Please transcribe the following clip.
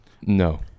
No